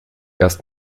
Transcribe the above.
erst